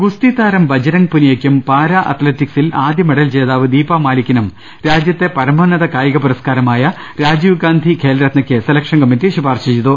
ഗുസ്തിതാരം ബജ്രംഗ് പുനിയക്കും പാര അത്ലറ്റിക്സിൽ ആദ്യ മെഡൽ ജേതാവ് ദീപ മാലിക്കിനും രാജ്യത്തെ പര മോന്നത കായിക പുരസ്കാരമായ രാജീവ് ഗാന്ധി ഖേൽ രത്നയ്ക്ക് സെലക്ഷൻ കമ്മിറ്റി ശുപാർശ ചെയ്തു